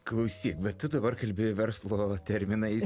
klausyk bet tu dabar kalbi verslo terminais